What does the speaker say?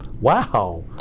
Wow